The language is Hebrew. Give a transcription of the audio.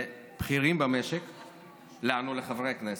לבכירים במשק לנו, לחברי הכנסת,